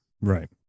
Right